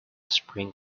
spring